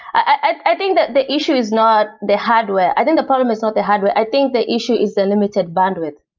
i think that the issue is not the hardware. i think the problem is not the hardware. i think the issue is unlimited bandwidth.